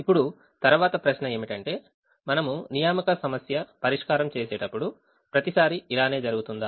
ఇప్పుడు తరువాత ప్రశ్న ఏమిటంటే మనము నియామక సమస్య పరిష్కారం చేసేటప్పుడు ప్రతిసారి ఇలానే జరుగుతుందా